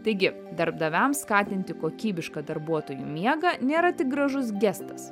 taigi darbdaviams skatinti kokybišką darbuotojų miegą nėra tik gražus gestas